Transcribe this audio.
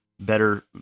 better